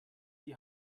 die